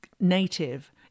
native